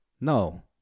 no